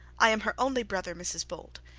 i am her only brother, mrs bold,